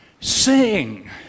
Sing